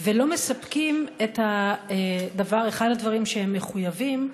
ולא מספקים את אחד הדברים שהם מחויבים לו,